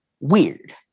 weird